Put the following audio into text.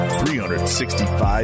365